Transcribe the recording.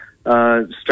start